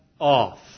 off